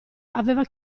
aveva